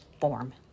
form